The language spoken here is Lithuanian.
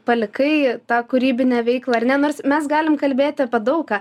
palikai tą kūrybinę veiklą ar ne nors mes galim kalbėti apie daug ką